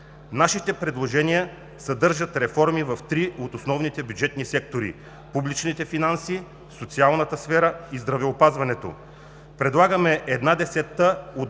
Нашите предложения съдържат реформи в три от основните бюджетни сектори: публичните финанси, социалната сфера и здравеопазването. Предлагаме една десета от